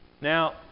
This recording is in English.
Now